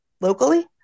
locally